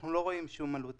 אנחנו לא רואים שום עלות